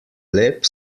lep